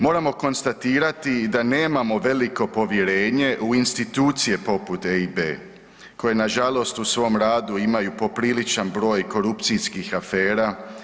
Moramo konstatirati i da nemamo veliko povjerenje u institucije poput EIB koje nažalost u svom radu imaju popriličan broj korupcijskih afera.